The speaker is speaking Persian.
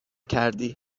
کردی